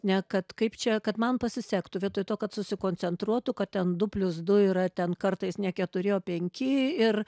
ne kad kaip čia kad man pasisektų vietoj to kad susikoncentruotų kad ten du plius du yra ten kartais ne keturi o penki ir